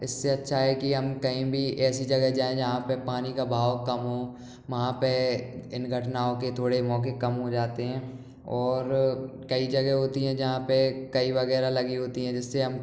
इससे अच्छा है कि हम कहीं भी ऐसी जगह पे जाए जहाँ पर पानी का बहाव काम हो वहाँ पे इन घटनाओं के थोड़े मौके कम हो जाते हैं और कई जगह होती है जहाँ पे कई वगैरह लगी होती है जिससे हम